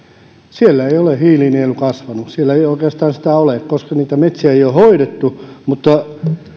kanadassa ei ole hiilinielu kasvanut siellä ei oikeastaan sitä ole koska niitä metsiä ei ole hoidettu mutta